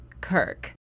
Kirk